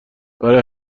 برای